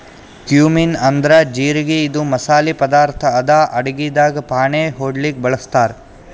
cumin ಅಂದ್ರ ಜಿರಗಿ ಇದು ಮಸಾಲಿ ಪದಾರ್ಥ್ ಅದಾ ಅಡಗಿದಾಗ್ ಫಾಣೆ ಹೊಡ್ಲಿಕ್ ಬಳಸ್ತಾರ್